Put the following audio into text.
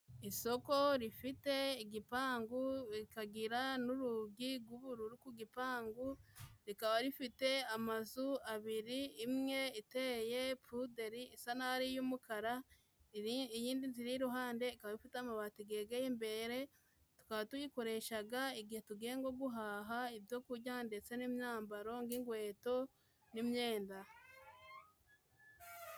Isoko rifite igipangu, bikagira n'urugi g'ubururi ku gipangu. Rikaba rifite amazu abiri, imwe iteye puderi isa n'aho ari iy'umukara. Ibi iyindi nzu iri iruhande ikaba ifite amabati gegeye imbere tukaba tuyikoreshaga igihe tugiye ngo guhaha ibyoku kujya ndetse n'imyambaro ng'inkweto n'imyenda.